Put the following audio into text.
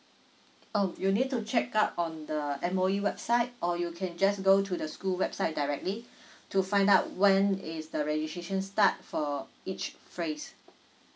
oh you need to check up on the M_O_E website or you can just go to the school website directly to find out when is the registration start for each phase